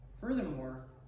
Furthermore